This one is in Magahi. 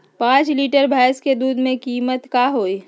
पाँच लीटर भेस दूध के कीमत का होई?